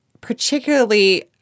particularly